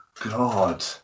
God